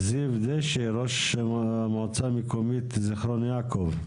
זיו דשא, ראש המועצה המקומית זכרון יעקב.